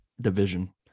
division